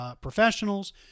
professionals